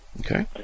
Okay